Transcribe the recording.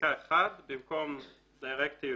בפסקה (1), במקום ""Directive